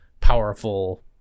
powerful